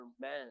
men